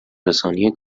رسانی